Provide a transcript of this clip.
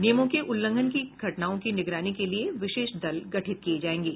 नियमों के उल्लंघन की घटनाओं की निगरानी के लिए विशेष दल गठित किए जाएंगे